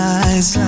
eyes